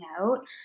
out